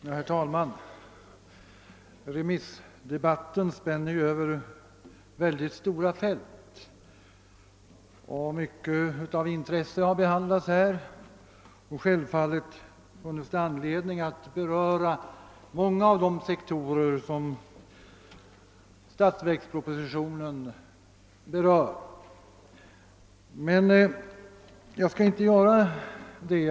Herr talman! Remissdebatten spänner ju över mycket stora fält, och många frågor av intresse har tagits upp till behandling. Självfallet finns det anledning att beröra många av de sektorer som avses i statsverkspropositionen, men jag skall inte göra det.